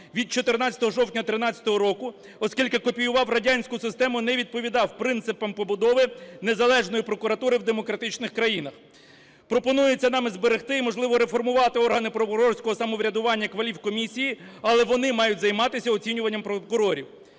від 14 жовтня 13-го року, оскільки копіював радянську систему, не відповідав принципам побудови незалежної прокуратури в демократичних країнах. Пропонується нами зберегти і можливо реформувати органи прокурорського самоврядування кваліфкомісії, але вони мають займатися оцінюванням прокурорів.